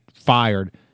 fired